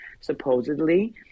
supposedly